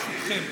ברשותכם,